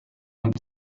and